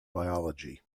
biology